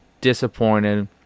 disappointed